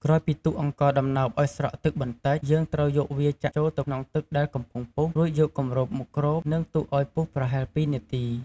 ក្រោយពីទុកអង្ករដំណើបឱ្យស្រក់ទឹកបន្តិច យើងត្រូវយកវាចាក់ចូលទៅក្នុងទឹកដែលកំពុងពុះ រួចយកគម្របមកគ្រប និងទុកឱ្យពុះប្រហែល២នាទី។